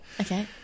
Okay